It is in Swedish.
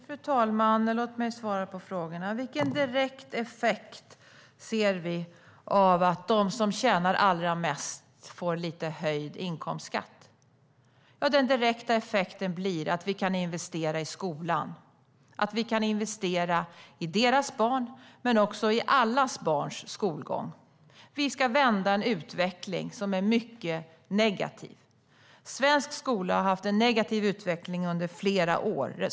Fru talman! Låt mig svara på frågorna. Vilken direkt effekt ser vi av att de som tjänar allra mest får lite höjd inkomstskatt? Jo, den direkta effekten blir att vi kan investera i skolan och i deras barns och i allas barns skolgång. Vi ska vända en utveckling som är mycket negativ. Svensk skola har haft en negativ utveckling under flera år.